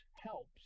helps